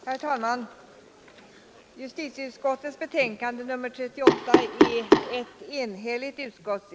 Herr talman! Bakom justitieutskottets betänkande nr 38 står ett enhälligt utskott.